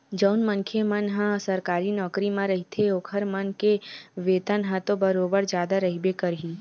जउन मनखे मन ह सरकारी नौकरी म रहिथे ओखर मन के वेतन ह तो बरोबर जादा रहिबे करही